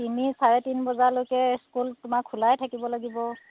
তিনি চাৰে তিনি বজালৈকে স্কুল তোমাৰ খোলাই থাকিব লাগিব